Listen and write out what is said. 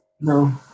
no